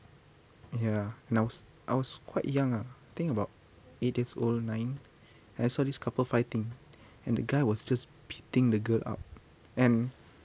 ya and I was I was quite young ah I think about eight years old nine and I saw this couple fighting and the guy was just beating the girl up and